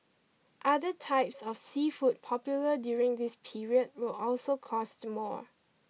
other types of seafood popular during this period will also cost more